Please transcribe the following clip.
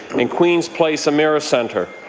and queens place emera centre,